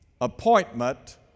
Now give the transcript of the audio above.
appointment